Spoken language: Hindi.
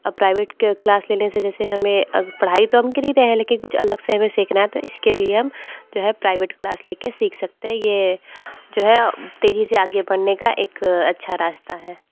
और प्राइवेट के क्लास लेने से जैसे हमें पढ़ाई तो हम करी रहे हैं लेकिन कुछ अलग से सीखना है तो इसके लिए हम प्राइवेट क्लास लेके सीख सकते है ये जो है तेजी से आगे बढ़ने का एक अच्छा रास्ता है